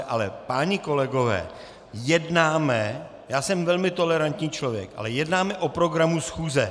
Ale páni kolegové, jednáme já jsem velmi tolerantní člověk ale jednáme o programu schůze.